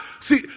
see